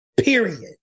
Period